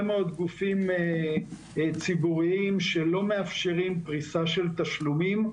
מאוד גופים ציבוריים שלא מאפשרים פריסה של תשלומים